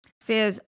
says